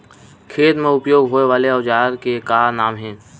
खेत मा उपयोग होए वाले औजार के का नाम हे?